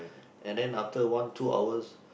and then after one two hours